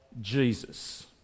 Jesus